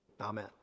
Amen